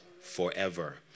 forever